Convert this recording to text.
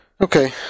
Okay